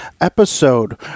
episode